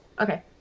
okay